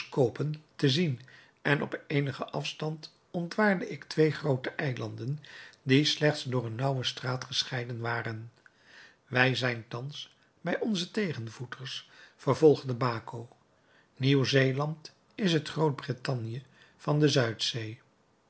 teleskopen te zien en op eenigen afstand ontwaarde ik twee groote eilanden die slechts door een nauwe straat gescheiden waren wij zijn thans bij onze tegenvoeters vervolgde baco nieuw-zeeland is het groot-brittanje van de zuid zee